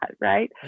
right